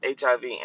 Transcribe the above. HIV